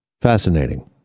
fascinating